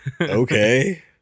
Okay